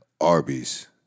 Arby's